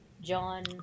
John